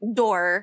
door